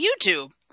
YouTube